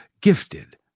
gifted